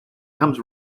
comes